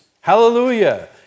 Hallelujah